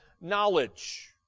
knowledge